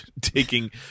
taking